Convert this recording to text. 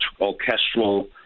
orchestral